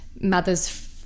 mother's